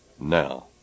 now